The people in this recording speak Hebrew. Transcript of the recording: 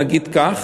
נגיד כך,